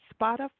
Spotify